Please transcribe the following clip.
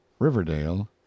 Riverdale